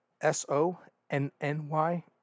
S-O-N-N-Y